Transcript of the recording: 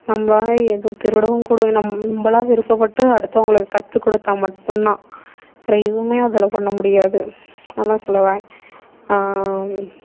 நம்மளால எதுவும் திருடவும் கூட நம்மளா விருப்பப்பட்டு அடுத்தவங்குளுக்கு கற்று கொடுத்தா மட்டும்தான் வேறு எதுவுமே அதில் பண்ண முடியாது அதுதான் சொல்ல வரேன்